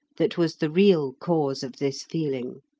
that was the real cause of this feeling!